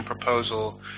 proposal